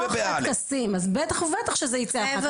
בתוך הטקסים, אז בטח ובטח שזה ייצא אחר כך.